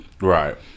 Right